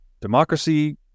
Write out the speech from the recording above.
democracy